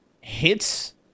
hits